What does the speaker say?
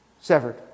severed